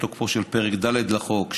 את תוקפו של פרק ד' לחוק,